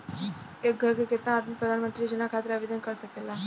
एक घर के केतना आदमी प्रधानमंत्री योजना खातिर आवेदन कर सकेला?